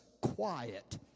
quiet